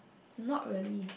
not really